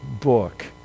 book